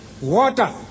water